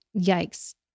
yikes